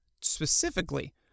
specifically